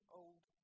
old